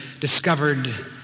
discovered